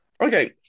okay